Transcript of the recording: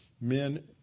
men